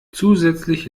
zusätzlich